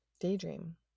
daydream